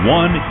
one